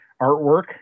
artwork